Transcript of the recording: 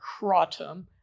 crotum